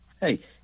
hey